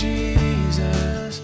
Jesus